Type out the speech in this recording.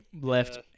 left